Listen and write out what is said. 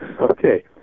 Okay